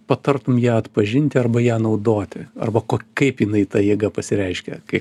patartum ją atpažinti arba ją naudoti arba kaip jinai ta jėga pasireiškia kai